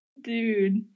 Dude